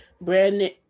Brandon